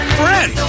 friend